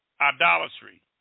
idolatry